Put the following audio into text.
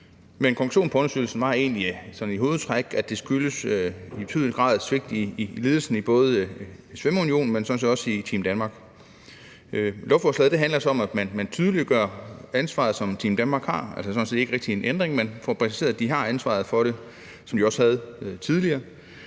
ikke. Konklusionen på undersøgelsen var egentlig i hovedtræk, at det skyldtes en betydelig grad af svigt i ledelsen i både Svømmeunionen, men sådan set også i Team Danmark. Lovforslaget handler så om, at man tydeliggør ansvaret, som Team Danmark har. Det er sådan set ikke rigtig en ændring; man får præciseret, at de har ansvaret for det, som de også havde tidligere.